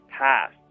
passed